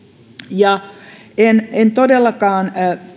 en en todellakaan